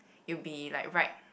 will be like right